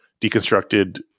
deconstructed